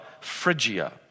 phrygia